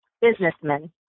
businessmen